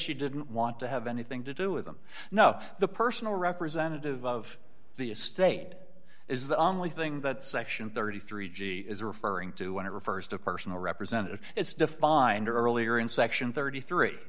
she didn't want to have anything to do with them no the personal representative of the estate is the only thing that section thirty three g is referring to when it refers to a personal representative it's defined earlier in section thirty three